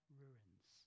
ruins